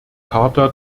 charta